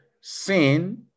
sin